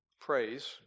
praise